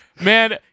Man